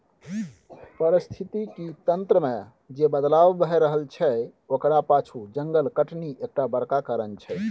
पारिस्थितिकी तंत्र मे जे बदलाव भए रहल छै ओकरा पाछु जंगल कटनी एकटा बड़का कारण छै